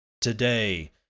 today